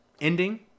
ending